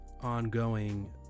ongoing